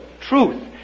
truth